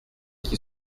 qui